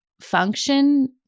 function